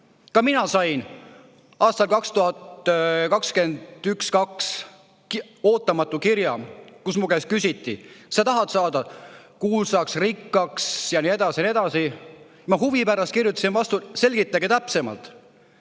Ka mina sain aastal 2021 või 2022 ootamatu kirja, kus mu käest küsiti, kas ma tahan saada kuulsaks, rikkaks ja nii edasi. Ma huvi pärast kirjutasin vastu, et selgitage täpsemalt.